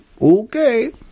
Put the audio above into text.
okay